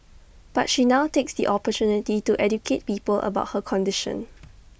but she now takes the opportunity to educate people about her condition